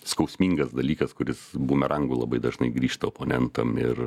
skausmingas dalykas kuris bumerangu labai dažnai grįžta oponentam ir